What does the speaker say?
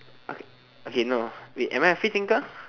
okay no wait am I a free thinker